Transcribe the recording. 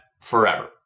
forever